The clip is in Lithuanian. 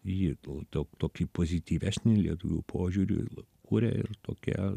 ji to tokį pozityvesnį lietuvių požiūrį kuria ir tokie